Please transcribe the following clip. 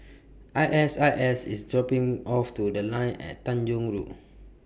I S I S IS dropping Me off to The Line At Tanjong Rhu